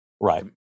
Right